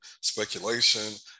speculation